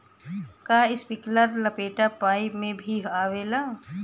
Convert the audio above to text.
का इस्प्रिंकलर लपेटा पाइप में भी आवेला?